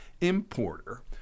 importer